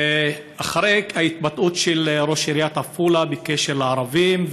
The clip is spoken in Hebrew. אחרי ההתבטאות של ראש עיריית עפולה בקשר לערבים,